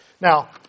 Now